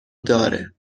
داره